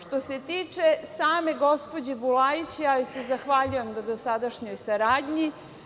Što se tiče same gospođe Bulajić, ja joj se zahvaljujem na dosadašnjoj saradnji.